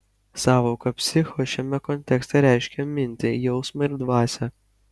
sąvoka psicho šiame kontekste reiškia mintį jausmą ir dvasią